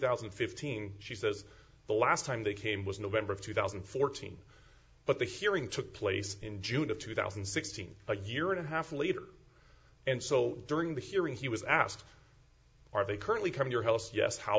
thousand and fifteen she says the last time they came was november of two thousand and fourteen but the hearing took place in june of two thousand and sixteen a year and a half later and so during the hearing he was asked are they currently come your heels yes how